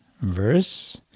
verse